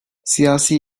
siyasi